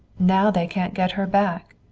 now they can't get her back.